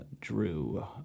Drew